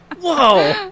Whoa